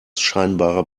scheinbare